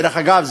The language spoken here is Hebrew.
דרך אגב,